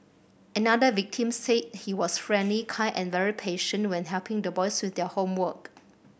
another victim said he was friendly kind and very patient when helping the boys with their homework